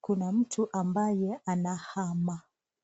Kuna mtu ambaye anahama.